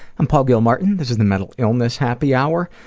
i'm paul gilmartin, this is the mental illness happy hour,